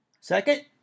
Second